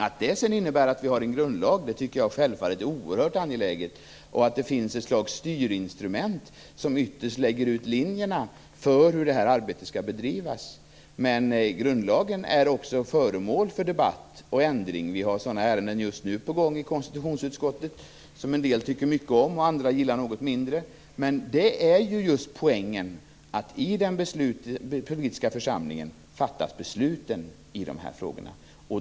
Att detta sedan innebär att vi har en grundlag tycker jag självfallet är oerhört angeläget liksom att det finns ett slags styrinstrument som ytterst lägger ut linjerna för hur detta arbete skall bedrivas. Men grundlagen är också föremål för debatt och ändring. Vi har sådana ärenden på gång just nu i konstitutionsutskottet som en del tycker mycket om och som andra gillar något mindre. Men poängen är just att de politiska besluten i dessa frågor fattas av den politiska församlingen.